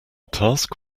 task